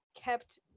kept